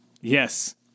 Yes